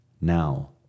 Now